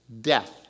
death